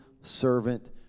servant